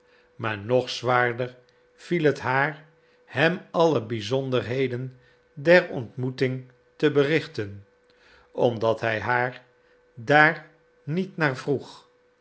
maar nog zwaarder viel het haar hem alle bizonderheden der ontmoeting te berichten omdat hij haar daar niet naar vroeg